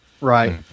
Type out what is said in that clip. Right